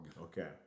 Okay